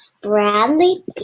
Bradley